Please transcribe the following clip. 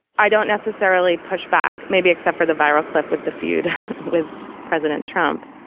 i don't necessarily push back maybe except for the viral clip with the feud with president trump